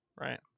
Right